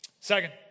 Second